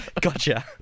Gotcha